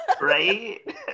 Right